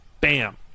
bam